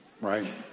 right